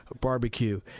Barbecue